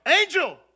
angel